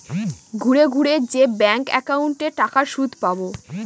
ঘুরে ঘুরে যে ব্যাঙ্ক একাউন্টে টাকার সুদ পাবো